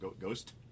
Ghost